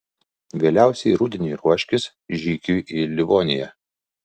vėliausiai rudeniui ruoškis žygiui į livoniją